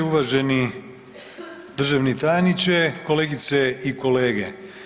Uvaženi državni tajniče, kolegice i kolege.